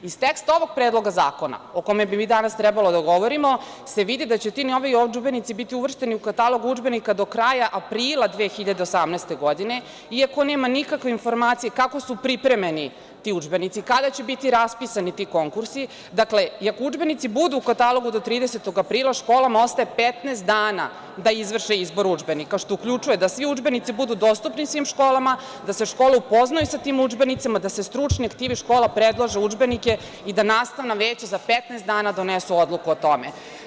Iz teksta ovog predloga zakona o kome bi mi danas trebalo da govorimo, vidi se da će ti novi udžbenici biti uvršteni u katalog udžbenika do kraja aprila 2018. godine, iako nema nikakve informacije kako su pripremljeni ti udžbenici, kada će biti raspisani ti konkursi, jer i ako udžbenici budu u katalogu do 30. aprila, školama ostaje 15 dana da izvrše izbor udžbenika, što uključuje da svi udžbenici budu dostupni svim školama, da se škole upoznaju sa tim udžbenicima, da sa stručne aktive predlože udžbenike i da nastavna veća za 15 dana donesu odluku o tome.